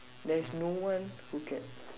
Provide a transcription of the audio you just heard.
there's no one who can